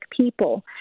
people